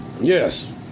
Yes